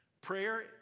Prayer